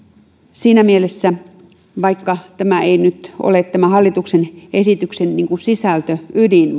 siinä mielessä vaikka tämä ei nyt ole tämän hallituksen esityksen sisältöydin